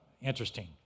interesting